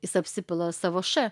jis apsipila savo š